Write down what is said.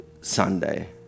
Sunday